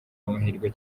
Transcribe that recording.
amahirwe